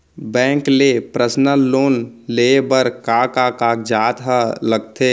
Bank ले personal loan लेये बर का का कागजात ह लगथे?